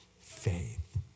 faith